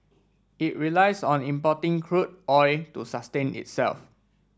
it relies on importing crude oil to sustain itself